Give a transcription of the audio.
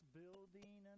building